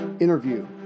Interview